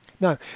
Now